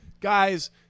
Guys